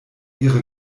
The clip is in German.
ihre